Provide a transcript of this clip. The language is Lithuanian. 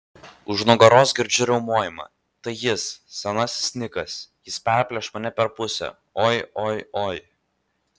už nugaros girdžiu riaumojimą tai jis senasis nikas jis perplėš mane per pusę oi oi oi